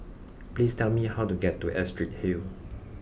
please tell me how to get to Astrid Hill